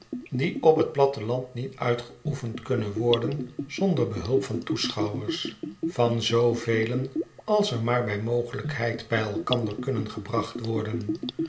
die op t platteland niet uitgeoefend kunnen woraen zonder behulp van toeschouwers van zoo velen als er maar bij mogelijkheid bij elkander kunnen gebracht worden